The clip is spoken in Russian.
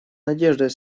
надеждой